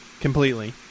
completely